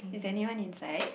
is anyone inside